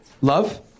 Love